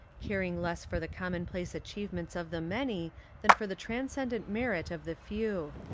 car ing less for the commonplace achievements of the many than for the transcendent merit of the few.